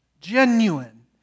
genuine